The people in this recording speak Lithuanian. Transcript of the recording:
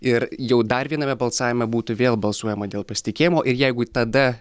ir jau dar viename balsavime būtų vėl balsuojama dėl pasitikėjimo ir jeigu tada